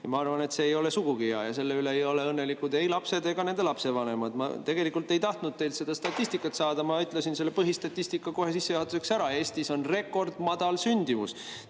Ma arvan, et see ei ole sugugi hea. Selle üle ei ole õnnelikud ei lapsed ega nende vanemad. Tegelikult ei tahtnud ma teilt seda statistikat saada, ma ütlesin põhistatistika kohe sissejuhatuseks ära: Eestis on rekordmadal sündimus.